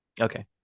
okay